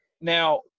Now